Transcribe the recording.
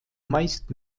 meist